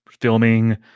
filming